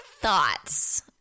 thoughts